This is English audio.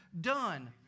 done